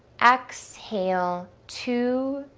exhale two,